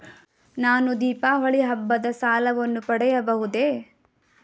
ನಾನು ದೀಪಾವಳಿ ಹಬ್ಬದ ಸಾಲವನ್ನು ಪಡೆಯಬಹುದೇ?